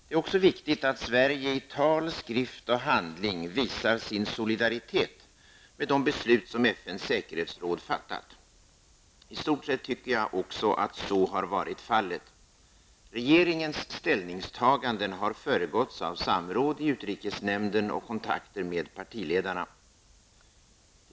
Det är också viktigt att Sverige i tal, skrift och handling visar sin solidaritet med de beslut som FNs säkerhetsråd har fattat. I stort sett tycker jag också att så har varit fallet. Regeringens ställningstaganden har föregåtts av samråd i utrikesnämnden och kontakter med partiledarna.